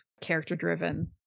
character-driven